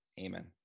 Amen